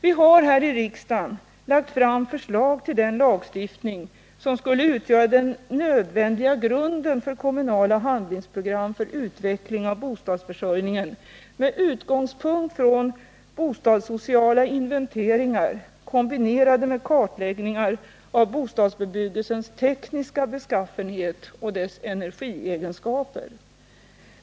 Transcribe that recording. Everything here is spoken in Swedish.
Vi har här i riksdagen lagt fram förslag till den lagstiftning som skulle utgöra den nödvändiga grunden för kommunala handlingsprogram för utveckling av bostadsförsörjningen med utgångspunkt i bostadssociala investeringar kombinerade med kartläggningar av bostadsbebyggelsens tekniska beskaffenhet och dess energiegenskaper.